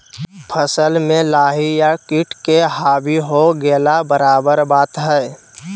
फसल में लाही या किट के हावी हो गेला बराबर बात हइ